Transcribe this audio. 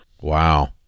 Wow